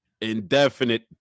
indefinite